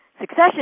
succession